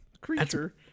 creature